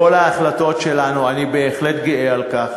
בכל ההחלטות שלנו, אני בהחלט גאה על כך